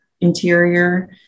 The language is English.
interior